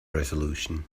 resolution